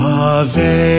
ave